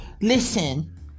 Listen